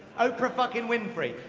oprah fucking winfrey.